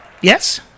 yes